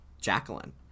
Jacqueline